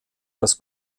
das